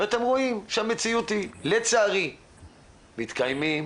ואתם רואים שבמציאות לצערי מתקיימים